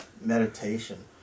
meditation